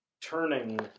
turning